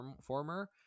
former